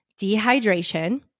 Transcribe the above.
dehydration